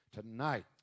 tonight